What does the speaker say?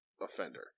offender